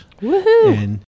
Woohoo